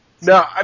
No